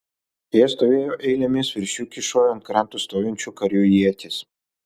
jie stovėjo eilėmis virš jų kyšojo ant kranto stovinčių karių ietys